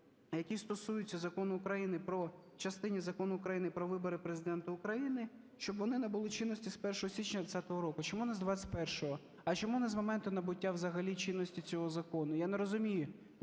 які стосуються Закону України про… в частині Закону України "Про вибори Президента України", щоб вони набули чинності з 1 січня 20-го року. Чому не з 21-го? А чому не з моменту набуття взагалі чинності цього закону? Я не розумію